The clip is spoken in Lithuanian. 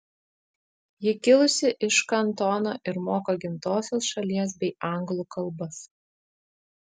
ji kilusi iš kantono ir moka gimtosios šalies bei anglų kalbas